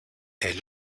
est